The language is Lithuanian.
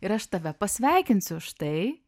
ir aš tave pasveikinsiu už tai